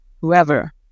whoever